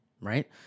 right